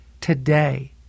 today